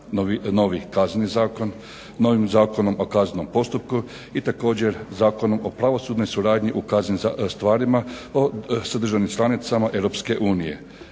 tri zakona, novi KZ, novi ZKP i također Zakon o pravosudnoj suradnji u kaznenim stvarima o sadržanim stranicama Europske unije,